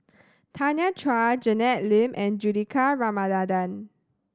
Tanya Chua Janet Lim and Juthika Ramanathan